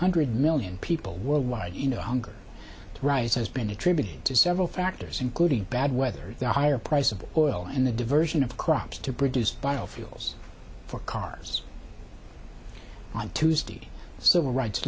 hundred million people worldwide you know hunger rise has been attributed to several factors including bad weather the higher price of oil and the diversion of crops to produce biofuels for cars on tuesday the civil rights